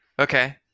okay